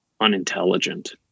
unintelligent